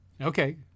Okay